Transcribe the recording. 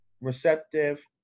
receptive